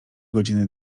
godziny